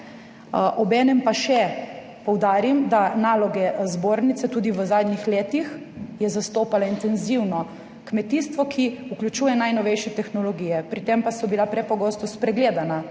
Obenem pa še poudarim, da naloge zbornice tudi v zadnjih letih je zastopala intenzivno kmetijstvo, ki vključuje najnovejše tehnologije, pri tem pa so bila prepogosto spregledana